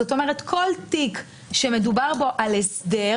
זאת אומרת כל תיק שמדובר בו על הסדר